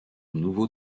nouveau